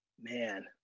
man